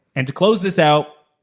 and to close this out,